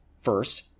First